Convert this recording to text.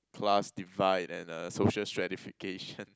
class divide and uh social stratification